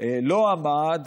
לא עמד,